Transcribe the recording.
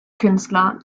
künstler